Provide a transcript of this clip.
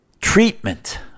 treatment